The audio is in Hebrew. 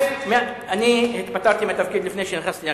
אני התפטרתי מהתפקיד לפני שנכנסתי לכנסת.